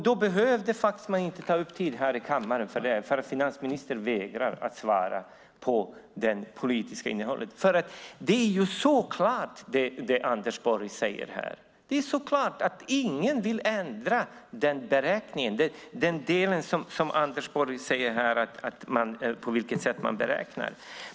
Då behöver man inte ta upp tid för det här i kammaren, när finansministern vägrar att svara om det politiska innehållet. Det Anders Borg här säger är ju så klart: Det är klart att ingen vill ändra beräkningen, den del som Anders Borg här säger, sättet att beräkna.